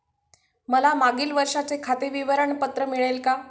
मला मागील वर्षाचे खाते विवरण पत्र मिळेल का?